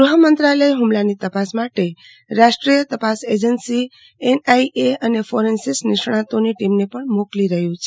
ગૃહમંત્રાલય હૂમલાની તપાસ માટે રાષ્ટ્રીય તપાસ એજન્સી એનઆઇએ અને ફોરેન્સિક નિષ્ણાતોની ટીમને પણ મોકલી રહ્યું છે